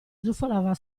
zufolava